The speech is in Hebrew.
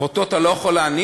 ואותו אתה לא יכול להעניש,